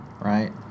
right